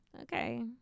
okay